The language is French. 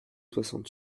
soixante